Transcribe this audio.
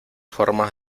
formas